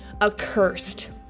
accursed